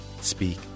speak